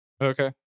Okay